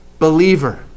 believer